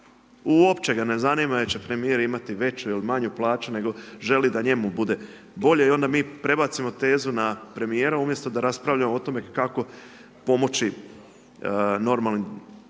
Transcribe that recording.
Uopće ga ne zanima jel' će premijer imati veću ili manju plaću nego želi da njemu bude bolje i onda mi prebacimo tezu na premijera umjesto da raspravljamo o tome kako pomoći normalnim